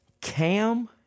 Cam